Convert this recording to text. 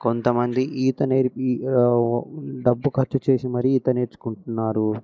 కొంతమంది ఈతని నేర్పి డబ్బు ఖర్చు చేసి మరీ ఈత నేర్చుకుంటున్నారు